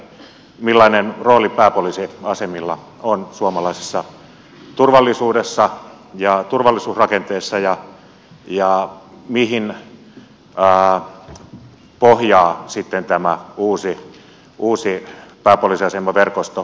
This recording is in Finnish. millainen rooli pääpoliisiasemilla on suomalaisessa turvallisuudessa ja turvallisuusrakenteessa ja mihin pohjaa sitten tämä uusi pääpoliisiasemaverkosto